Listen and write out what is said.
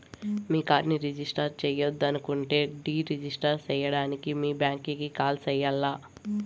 మీ కార్డుని రిజిస్టర్ చెయ్యొద్దనుకుంటే deregister సేయడానికి మీ బ్యాంకీకి కాల్ సెయ్యాల్ల